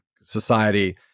society